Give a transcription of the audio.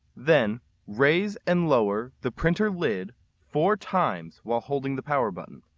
then raise and lower the printer lid four times while holding the power button.